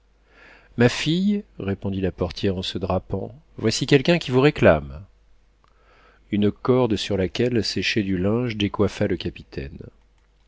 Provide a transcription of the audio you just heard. ma fille répondit la portière en se drapant voici quelqu'un qui vous réclame une corde sur laquelle séchait du linge décoiffa le capitaine